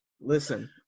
Listen